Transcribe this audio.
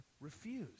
refuse